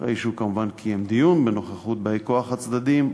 אחרי שהוא כמובן קיים דיון בנוכחות באי-כוח הצדדים,